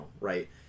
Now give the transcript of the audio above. right